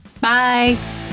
Bye